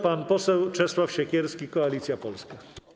Pan poseł Czesław Siekierski, Koalicja Polska.